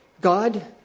God